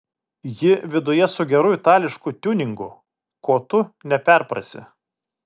ji viduje su geru itališku tiuningu ko tu neperprasi